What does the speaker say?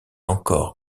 encore